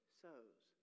sows